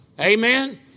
Amen